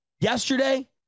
Yesterday